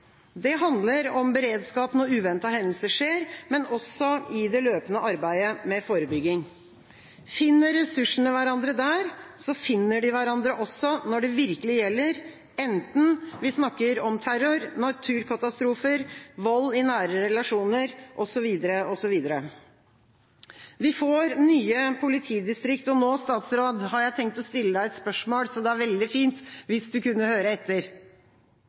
Det handler om beredskap når uventede hendelser skjer, men også i det løpende arbeidet med forebygging. Finner ressursene hverandre der, så finner de hverandre også når det virkelig gjelder enten vi snakker om terror, naturkatastrofer, vold i nære relasjoner osv. Nå har jeg tenkt å stille statsråden et spørsmål, så det hadde vært veldig fint hvis han kunne høre etter.